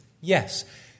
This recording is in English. yes